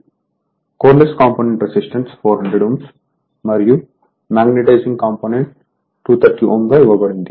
coreless component resistance 400Ω మరియు magnetising component 231 Ω గా ఇవ్వబడింది